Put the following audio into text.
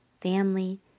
family